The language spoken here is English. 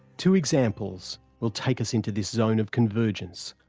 two examples will take us into this zone of convergence,